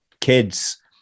kids